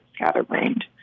scatterbrained